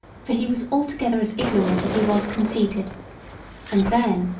for he was altogether as ignorant as he was conceited and then,